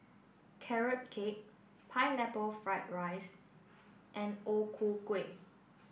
Carrot Cake Pineapple Fried Rice and O Ku Kueh